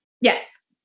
Yes